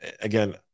Again